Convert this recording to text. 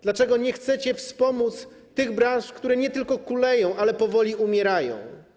Dlaczego nie chcecie wspomóc tych branż, które nie tylko kuleją, ale wprost powoli umierają?